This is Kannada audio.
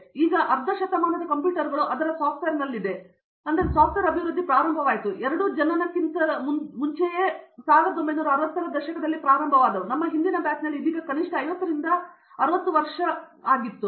ಆದರೆ ಈಗ ಅರ್ಧ ಶತಮಾನದ ಕಂಪ್ಯೂಟರ್ಗಳು ಅದರ ಸಾಫ್ಟ್ವೇರ್ ನಲ್ಲಿವೆ ಸಾಫ್ಟ್ವೇರ್ ಅಭಿವೃದ್ಧಿ ಪ್ರಾರಂಭವಾಯಿತು ನಾವು ಎರಡೂ ಜನನಕ್ಕಿಂತ ಮುಂಚೆಯೇ 1960 ರ ದಶಕದಲ್ಲಿ ಪ್ರಾರಂಭವಾದವು ನಮ್ಮ ಹಿಂದಿನ ಬ್ಯಾಚ್ನಲ್ಲಿ ಇದೀಗ ಕನಿಷ್ಠ 50 ರಿಂದ 60 ವರ್ಷ ವಯಸ್ಸಾಗಿತ್ತು